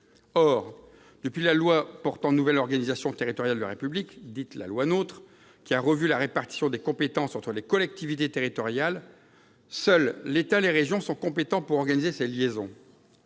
Or, depuis la loi portant nouvelle organisation territoriale de la République, dite loi NOTRe, qui a revu la répartition des compétences entre les collectivités territoriales, seuls l'État et les régions sont compétents pour organiser ces liaisons.